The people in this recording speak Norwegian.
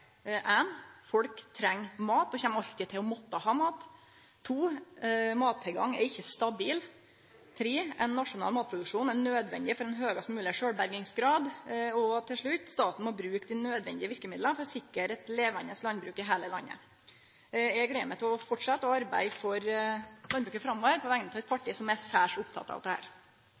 folk treng mat og kjem alltid til å måtte ha mat mattilgangen er ikkje stabil ein nasjonal matproduksjon er nødvendig for ein høgast mogleg sjølvbergingsgrad staten må bruke dei nødvendige verkemidla for å sikre eit levande landbruk i heile landet Eg gleder meg til å fortsetje å arbeide for landbruket framover på vegner av eit parti som er særs oppteke av dette. Det